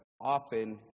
often